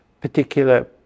particular